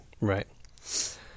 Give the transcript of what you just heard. right